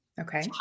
Okay